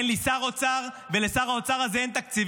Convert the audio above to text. אין לי שר אוצר, ולשר האוצר הזה אין תקציבים.